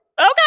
Okay